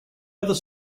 other